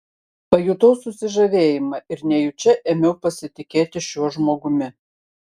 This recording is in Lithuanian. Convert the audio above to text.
pajutau susižavėjimą ir nejučia ėmiau pasitikėti šiuo žmogumi